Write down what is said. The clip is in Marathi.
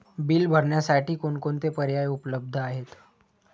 बिल भरण्यासाठी कोणकोणते पर्याय उपलब्ध आहेत?